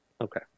Okay